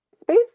space